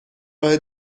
راه